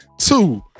two